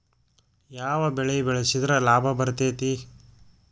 ಯಾವ ಬೆಳಿ ಬೆಳ್ಸಿದ್ರ ಲಾಭ ಬರತೇತಿ?